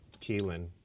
Keelan